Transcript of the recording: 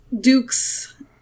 dukes